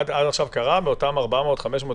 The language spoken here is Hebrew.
עד עכשיו אנשים רק יצאו.